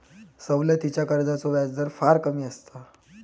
सवलतीच्या कर्जाचो व्याजदर फार कमी असता